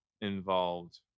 involved